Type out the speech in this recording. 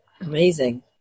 Amazing